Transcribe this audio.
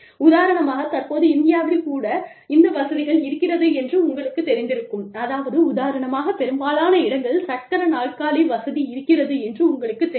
உதாரணமாக தற்போது இந்தியாவில் கூட இந்த வசதிகள் இருக்கிறது என்று உங்களுக்குத் தெரிந்திருக்கும் அதாவது உதாரணமாக பெரும்பாலான இடங்களில் சக்கர நாற்காலி வசதி இருக்கிறது என்று உங்களுக்குத் தெரியும்